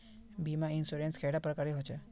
बीमा इंश्योरेंस कैडा प्रकारेर रेर होचे